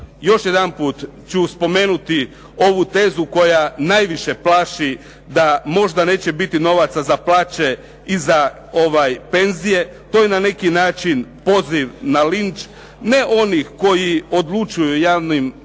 još jedanput ću spomenuti ovu tezu koja najviše plaši da možda neće biti novaca za plaće i za penzije, to je na neki način poziv na linč, ne onih koji odlučuju o javnim financijama